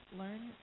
learn